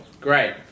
Great